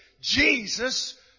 Jesus